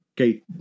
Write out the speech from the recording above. okay